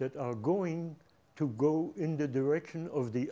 that are going to go in the direction of the